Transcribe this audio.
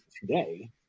today